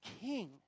king